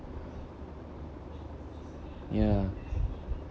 ya